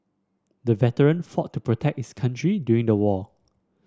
the veteran fought to protect his country during the war